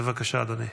בבקשה, אדוני.